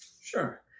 Sure